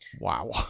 wow